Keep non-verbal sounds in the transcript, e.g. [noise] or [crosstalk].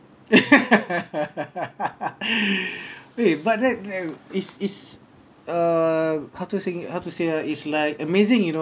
[laughs] [breath] eh but that is is uh how to sing how to say ah is like amazing you know